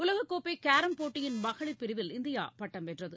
உலககோப்பைகேரம் போட்டியின் மகளிர் பிரிவில் இந்தியாபட்டம் வென்றது